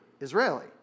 Israeli